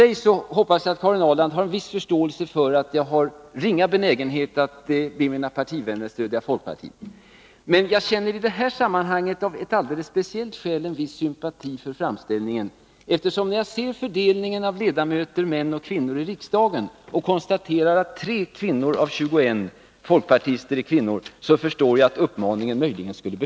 I och för sig hoppas jag att Karin Ahrland har viss förståelse för att jag har ringa benägenhet att be mina partivänner stödja folkpartiet, men jag känner i detta sammanhang av ett alldeles speciellt skäl en viss sympati för framställningen, och det är när jag tittar på fördelningen av ledamöter i riksdagen mellan män och kvinnor. Nr 48 Jag konstarar då att av 21 folkpartister är 3 kvinnor. Därför förstår jag att Måndagen de